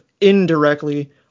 indirectly